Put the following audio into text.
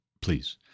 please